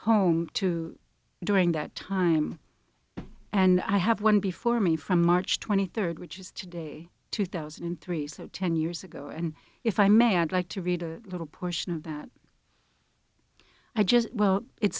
home to during that time and i have one before me from march twenty third which is today two thousand and three so ten years ago and if i may i'd like to read a little portion of that i just well it